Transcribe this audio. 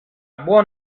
buon